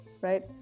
right